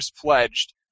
pledged